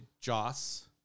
Joss